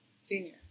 Senior